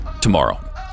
tomorrow